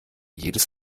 jedes